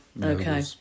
Okay